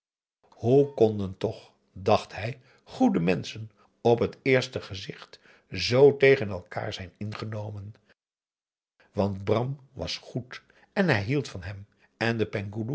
hoe konden toch dacht hij goede menschen op het eerste gezicht z tegen elkaar zijn ingenomen want bram was goed en hij hield van hem en de